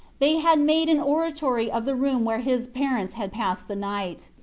they had made an oratory of the room where his parents had passed the night.